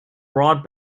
broad